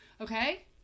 Okay